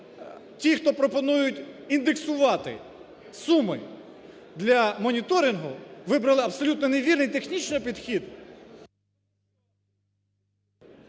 ті, хто пропонують індексувати суми для моніторингу, вибрали абсолютно невірний технічний підхід.